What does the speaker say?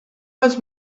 les